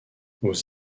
aux